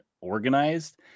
organized